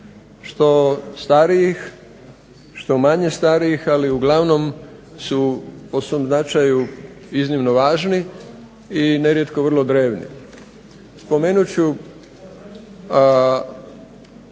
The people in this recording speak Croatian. Što starijih, što manje starijih, ali uglavnom su po svom značaju iznimno važni i nerijetko vrlo drevni. Spomenut